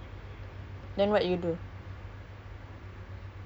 after a while you notice that they are following you or you know uh